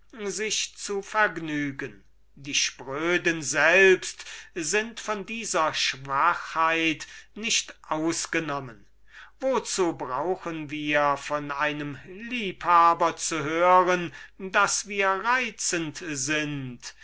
sie zu vergnügen die spröden selbst sind von dieser schwachheit nicht ausgenommen wozu haben wir nötig daß uns ein liebhaber sagt daß wir reizend sind